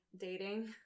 dating